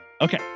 Okay